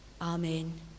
Amen